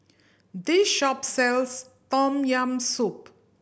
this shop sells Tom Yam Soup